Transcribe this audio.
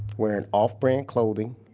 wearing off-brand clothing,